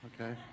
okay